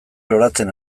loratzen